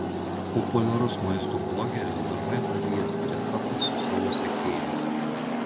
populiarus maisto blogeris dažnai dalijasi receptais su savo sekėjais